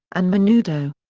and menudo.